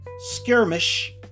skirmish